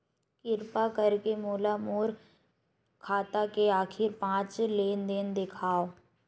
किरपा करके मोला मोर खाता के आखिरी पांच लेन देन देखाव